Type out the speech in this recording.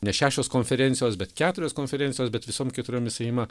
ne šešios konferencijos bet keturios konferencijos bet visom keturiom jisai ima